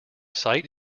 site